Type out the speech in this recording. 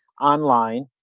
online